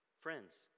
Friends